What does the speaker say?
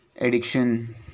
addiction